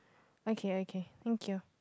okay okay thank you